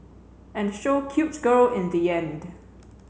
and show cute girl in the end